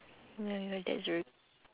ya ya that's very